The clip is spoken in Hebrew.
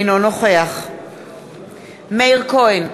אינו נוכח מאיר כהן,